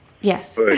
yes